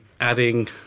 adding